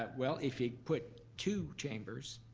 but well, if you put two chambers,